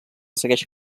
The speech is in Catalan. segueix